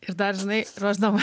ir dar žinai ruošdama